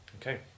okay